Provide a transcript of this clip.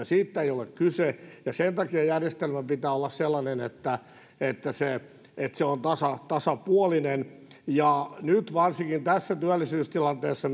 siitä ei ole kyse sen takia järjestelmän pitää olla sellainen että se että se on tasapuolinen nyt varsinkin tässä työllisyystilanteessa